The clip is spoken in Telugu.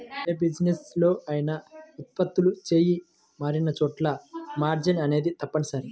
యే బిజినెస్ లో అయినా ఉత్పత్తులు చెయ్యి మారినచోటల్లా మార్జిన్ అనేది తప్పనిసరి